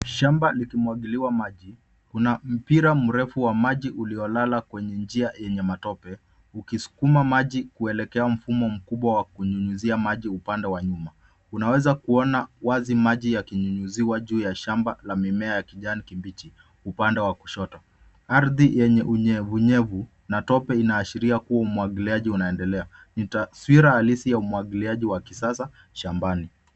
Shamba likimwagiliwa maji una mpira mrefu wa maji uliolala kwenye njia yenye matope ukisukuma maji kuelekea mfumo mkubwa wa kunyunyuzia maji upande wa nyuma ,unaweza kuona wazi maji yakinyunyuziwa juu ya shamba la mimea ya kijani kibichi upande wa kushoto, ardhi yenye unyevu unyevu na tope inaashiria huu umwagiliaji unaendelea ni taswira halisi ya umwagiliaji wa kisasa.